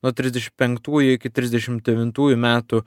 nuo trisdešimt penktųjų iki trisdešimt devintųjų metų